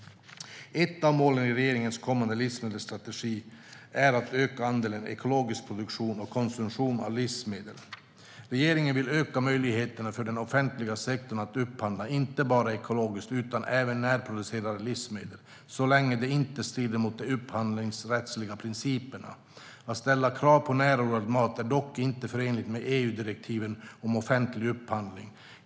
Ett av målen i regeringens kommande livsmedelsstrategi är att öka andelen ekologisk produktion och konsumtion av livsmedel. Regeringen vill öka möjligheterna för den offentliga sektorn att upphandla inte bara ekologiska utan även närproducerade livsmedel, så länge det inte strider mot de upphandlingsrättsliga principerna. Att ställa krav på närodlad mat är dock inte förenligt med EU-direktivet om offentlig upphandling.